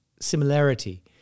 similarity